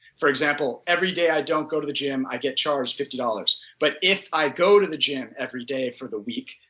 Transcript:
for example, every day i don't go to the gym i get charged fifty dollars but if go to the gym every day for the week,